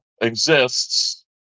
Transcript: exists